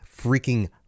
freaking